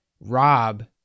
Rob